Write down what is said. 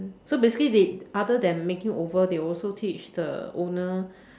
so basically they other than making over they also teach the owner